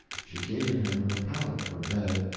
she gave him her pallet for a bed,